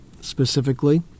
specifically